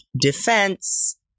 Defense